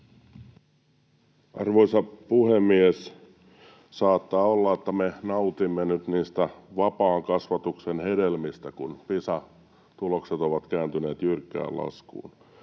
Arvoisa puhemies! Saattaa olla, että me nautimme nyt niistä vapaan kasvatuksen hedelmistä, kun Pisa-tulokset ovat kääntyneet jyrkkään laskuun.